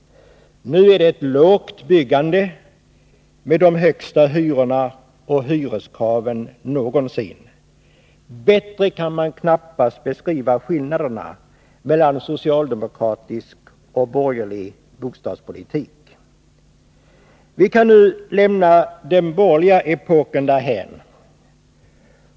Nu är det ett lågt byggande, med de högsta hyrorna och hyreskraven någonsin. Bättre kan man knappast beskriva skillnaderna mellan socialdemokratisk och borgerlig bostadspolitik. Vi kan nu lämna den borgerliga epoken därhän.